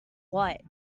what